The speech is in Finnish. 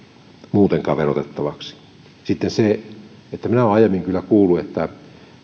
muutenkaan verotettaviksi ja sitten se että minä olen aiemmin kyllä kuullut että